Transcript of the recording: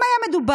אם היה מדובר